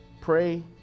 pray